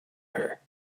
her